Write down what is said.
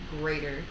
greater